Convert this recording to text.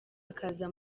akaza